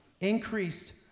increased